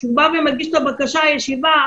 כשהוא בא ומגיש את הבקשה לישיבה,